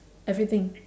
everything